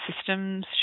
systems